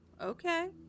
okay